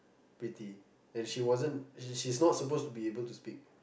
pretty and she wasn't she's not supposed to be able to speak